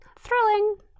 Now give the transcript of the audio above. thrilling